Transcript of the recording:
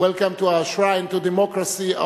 אנחנו מברכים משלחת של